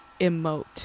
emote